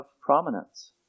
prominence